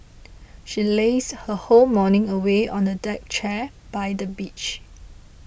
she lazed her whole morning away on a deck chair by the beach